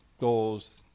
goals